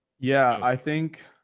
yeah, i think.